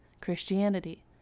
Christianity